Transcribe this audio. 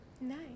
Nice